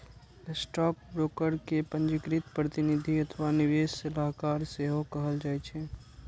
stockbroker कें पंजीकृत प्रतिनिधि अथवा निवेश सलाहकार सेहो कहल जाइ छै